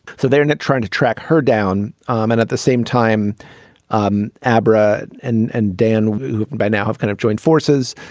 so they're not trying to track her down um and at the same time um abra and and dan by now have kind of joined forces.